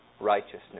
righteousness